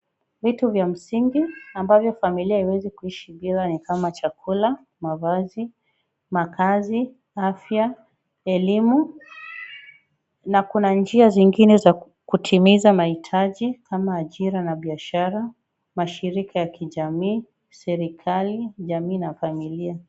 Vitu vya msingi ambavyo familia haiwezi kuishi bila ni kama chakula, mavazi, makaazi, afya, elimu na kuna njia zengine za kutimiza mahitaji kama ajira na biashara. Mashirika ya kijamii, serikali, jamii na familia.